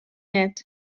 net